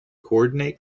coordinate